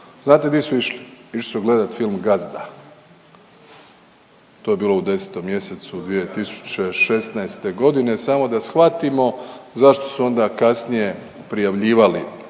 Znate di su išli? Išli su gledati film Gazda. To je bilo u 10 mjesecu 2016. godine samo da shvatimo zašto su onda kasnije prijavljivali